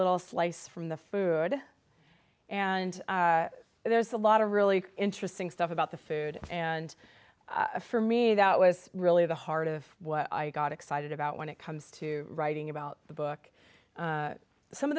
little slice from the food and there's a lot of really interesting stuff about the food and for me that was really the heart of what i got excited about when it comes to writing about the book some of